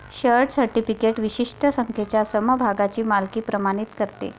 share certificate विशिष्ट संख्येच्या समभागांची मालकी प्रमाणित करते